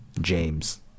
James